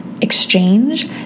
exchange